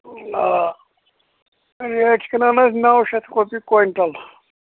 آ ریٹ چھِ کٕنان أسۍ نَو شَتھ رۄپیہِ کوینٹَل